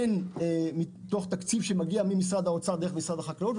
בין מתוך תקציב שמגיע ממשרד האוצר דרך משרד החקלאות,